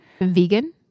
Vegan